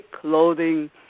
clothing